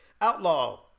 Outlaw